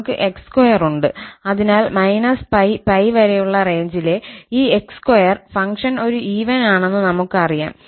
നമുക് 𝑥2 ഉണ്ട് അതിനാൽ −𝜋 𝜋 വരെയുള്ള റേഞ്ചിലെ ഈ 𝑥2 ഫംഗ്ഷൻ ഒരു ഈവൻ ആണെന്ന് നമുക്കറിയാം